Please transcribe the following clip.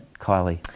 Kylie